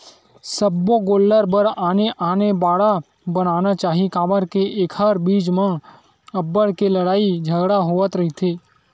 सब्बो गोल्लर बर आने आने बाड़ा बनाना चाही काबर के एखर बीच म अब्बड़ के लड़ई झगरा होवत रहिथे